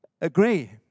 agree